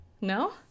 No